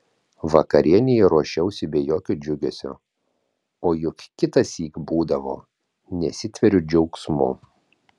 vakarienei ruošiausi be jokio džiugesio o juk kitąsyk būdavo nesitveriu džiaugsmu